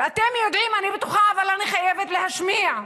שאתם יודעים, אני בטוחה, אבל אני חייבת להשמיע: